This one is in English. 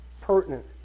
pertinent